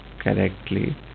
correctly